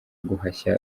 guhashya